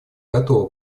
готова